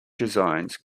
designs